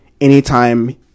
anytime